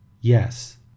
Yes